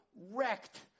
wrecked